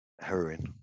heroin